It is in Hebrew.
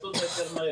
תעשו את זה יותר מהר